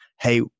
hey